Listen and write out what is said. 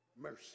mercy